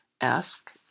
Ask